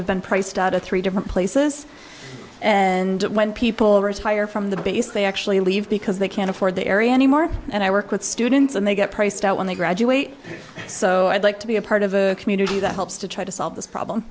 have been priced out of three different places and when people retire from the base they actually leave because they can't afford the area anymore and i work with students and they get priced out when they graduate so i'd like to be a part of a community that helps to try to solve this problem